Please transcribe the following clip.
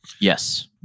Yes